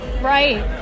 Right